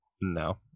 No